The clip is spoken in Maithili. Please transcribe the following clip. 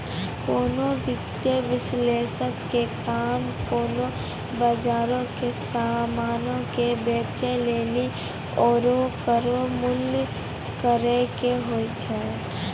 कोनो वित्तीय विश्लेषक के काम कोनो बजारो के समानो के बेचै लेली ओकरो मूल्यांकन करै के होय छै